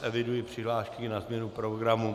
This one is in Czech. Eviduji přihlášky na změnu programu.